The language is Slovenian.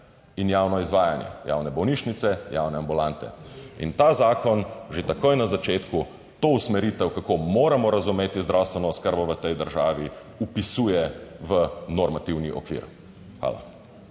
in javno izvajanje javne bolnišnice, javne ambulante. In ta zakon že takoj na začetku to usmeritev, kako moramo razumeti zdravstveno oskrbo v tej državi vpisuje v normativni okvir. Hvala.